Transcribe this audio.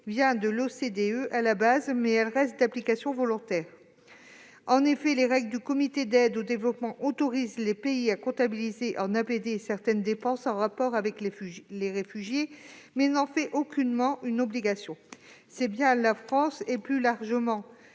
base de l'OCDE, mais elle reste d'application volontaire. En effet, les règles du Comité d'aide au développement autorisent les pays à comptabiliser en APD certaines dépenses en rapport avec les réfugiés, mais elles n'en font aucunement une obligation. C'est bien la France et, plus largement,